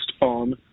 on